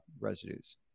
residues